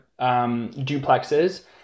duplexes